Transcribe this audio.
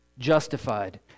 justified